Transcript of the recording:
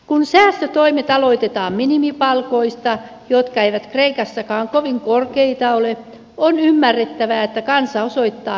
kun säästötoimet aloitetaan minimipalkoista jotka eivät kreikassakaan kovin korkeita ole on ymmärrettävää että kansa osoittaa mieltään hallintoa vastaan